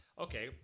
okay